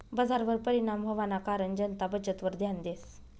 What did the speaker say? बजारवर परिणाम व्हवाना कारण जनता बचतवर ध्यान देस